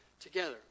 Together